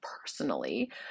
personally